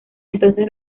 entonces